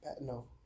no